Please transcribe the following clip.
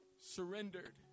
surrendered